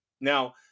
now